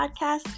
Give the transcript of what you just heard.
podcast